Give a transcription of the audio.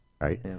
Right